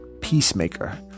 peacemaker